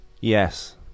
Yes